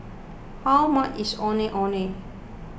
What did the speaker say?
how much is Ondeh Ondeh